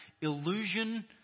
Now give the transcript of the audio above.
illusion